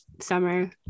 summer